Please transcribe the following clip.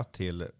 till